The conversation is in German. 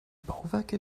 bauwerke